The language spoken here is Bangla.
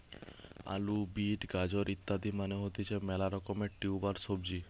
আলু, বিট, গাজর ইত্যাদি মানে হতিছে মেলা রকমের টিউবার সবজি